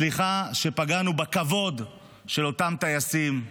סליחה שפגענו בכבוד של אותם טייסים,